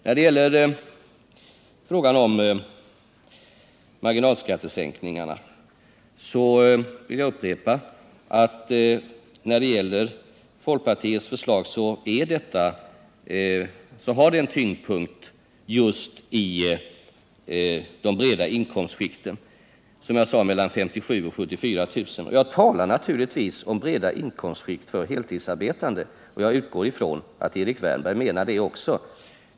När det gäller frågan om marginalskattesänkningarna vill jag upprepa att folkpartiets förslag har en tyngdpunkt just i de breda inkomstskikten, alltså inkomster mellan 57 000 och 74 000 kr. När jag talar om breda inkomstskikt avser jag naturligtvis heltidsarbetande, och jag utgår ifrån att Erik Wärnberg också gör det.